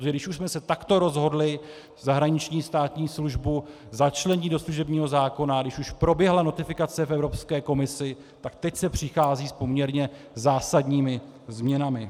Protože když už jsme se takto rozhodli zahraniční státní službu začlenit do služebního zákona, když už proběhla notifikace v Evropské komisi, tak teď se přichází s poměrně zásadními změnami.